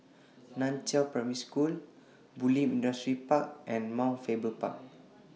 NAN Chiau Primary School Bulim Industrial Park and Mount Faber Park